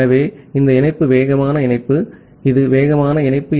ஆகவே இந்த இணைப்பு வேகமான இணைப்பு